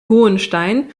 hohenstein